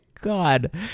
god